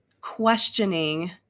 questioning